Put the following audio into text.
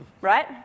right